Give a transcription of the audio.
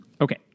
Okay